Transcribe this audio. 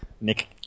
Nick